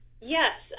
Yes